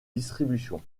distribution